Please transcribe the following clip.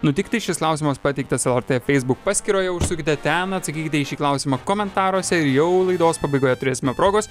nutikti šis klausimas pateiktas lrt facebook paskyroje užsukite ten atsakykite į šį klausimą komentaruose ir jau laidos pabaigoje turėsime progos